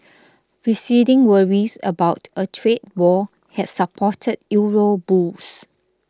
receding worries about a trade war had supported euro bulls